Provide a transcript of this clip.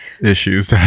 issues